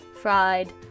fried